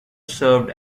served